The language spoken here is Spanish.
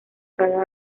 cada